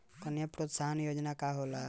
कन्या प्रोत्साहन योजना का होला?